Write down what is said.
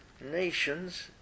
nations